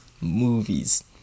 Movies